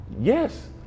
Yes